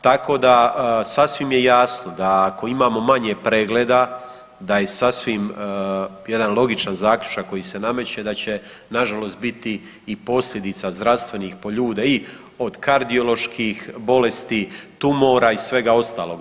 Tako da sasvim je jasno da ako imamo manje pregleda, da je sasvim jedan logičan zaključak koji se nameće da će na žalost biti i posljedica zdravstvenih i po ljude i od kardioloških bolesti, tumora i svega ostaloga.